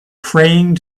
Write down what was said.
praying